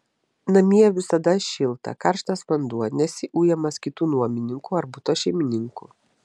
namie visada šilta karštas vanduo nesi ujamas kitų nuomininkų ar buto šeimininkų